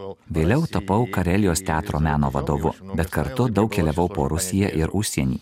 vėliau tapau karelijos teatro meno vadovu bet kartu daug keliavau po rusiją ir užsienį